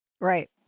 Right